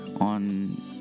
on